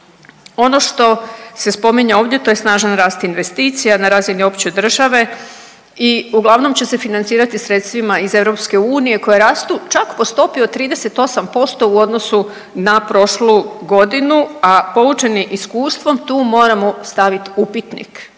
Ono što se spominje ovdje to je snažan rast investicija na razini opće države i uglavnom će se financirati sredstvima iz EU koje rastu čak po stopi od 38% u odnosu na prošlu godinu, a poučeni iskustvom tu moramo stavit upitnik